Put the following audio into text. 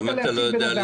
ואם אתה לא יודע לשחות?